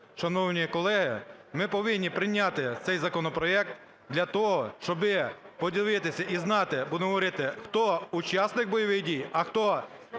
шановні колеги, ми повинні прийняти цей законопроект для того, щоби подивитися і знати, будемо говорити, хто учасник бойових дій, а хто,